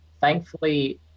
Thankfully